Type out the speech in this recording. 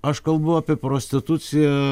aš kalbu apie prostituciją